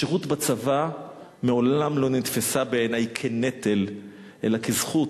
השירות בצבא מעולם לא נתפס בעיני כנטל אלא כזכות,